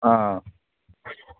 ꯑꯥ